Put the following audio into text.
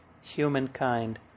humankind